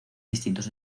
distintos